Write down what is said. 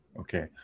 okay